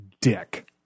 dick